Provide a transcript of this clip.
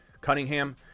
Cunningham